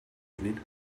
evening